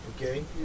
Okay